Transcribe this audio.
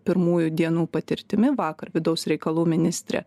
pirmųjų dienų patirtimi vakar vidaus reikalų ministrė